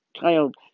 child